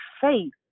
faith